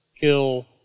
kill